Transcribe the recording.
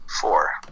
four